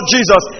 Jesus